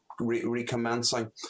recommencing